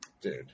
dude